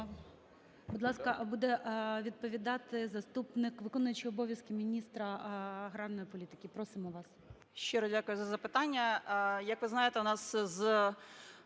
Будь ласка, буде відповідати заступник… виконуючий обов'язки міністра аграрної політики. Просимо вас. 10:39:57 ТРОФІМЦЕВА О.В. Щиро дякую за запитання. Як ви знаєте, у нас з